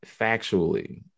factually